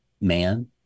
man